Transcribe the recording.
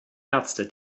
ärzte